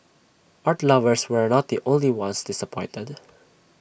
art lovers were not the only ones disappointed